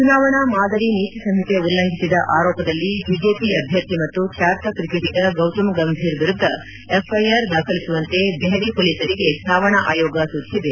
ಚುನಾವಣಾ ಮಾದರಿ ನೀತಿ ಸಂಹಿತೆ ಉಲ್ಲಂಘಿಸಿದ ಆರೋಪದಲ್ಲಿ ಬಿಜೆಪಿ ಅಭ್ಯರ್ಥಿ ಮತ್ತು ಖ್ಯಾತ ಕ್ರಿಕೆಟಿಗ ಗೌತಮ್ ಗಂಭೀರ್ ವಿರುದ್ದ ಎಫ್ಐಆರ್ ದಾಖಲಿಸುವಂತೆ ದೆಹಲಿ ಮೊಲೀಸರಿಗೆ ಚುನಾವಣಾ ಆಯೋಗ ಸೂಚಿಸಿದೆ